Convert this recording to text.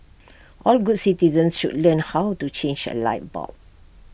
all good citizens should learn how to change A light bulb